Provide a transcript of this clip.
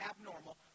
abnormal